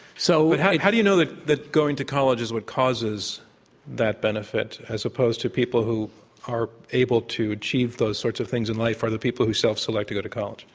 so how how do you know that that going to college is what causes that benefit as opposed to people who are able to achieve those sorts of things in life rather than people who so select to go to college?